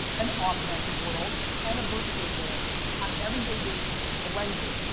an augmented world, and a virtual world on an everyday basis, blended.